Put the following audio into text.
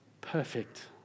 perfect